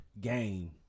game